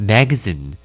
Magazine